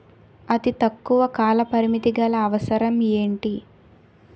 అతి తక్కువ కాల పరిమితి గల అవసరం ఏంటి